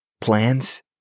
Plans